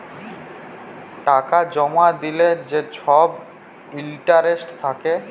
টাকা জমা দিলে যে ছব ইলটারেস্ট থ্যাকে